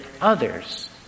others